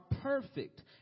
perfect